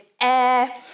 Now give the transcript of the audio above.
air